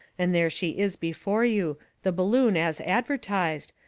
and there she is before you, the balloon as advertised,